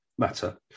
matter